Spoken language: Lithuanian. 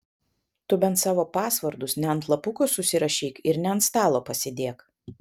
tu bent savo pasvordus ne ant lapuko susirašyk ir ne ant stalo pasidėk